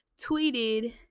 tweeted